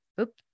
oops